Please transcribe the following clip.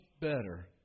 better